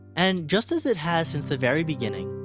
and just as it has since the very beginning,